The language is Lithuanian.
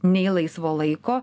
nei laisvo laiko